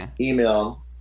email